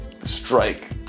Strike